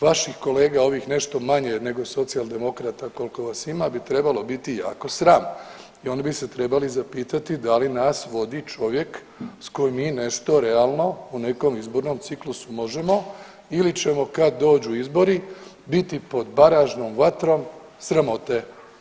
Vaših kolega ovih nešto manje nego Socijaldemokrata kolko vas ima bi trebalo biti jako sram i oni bi se trebali zapitati da li nas vodi čovjek s kojim mi nešto realno u nekom izbornom ciklusu možemo ili ćemo kad dođu izbori biti pod baražnom vatrom sramote.